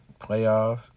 playoffs